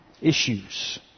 issues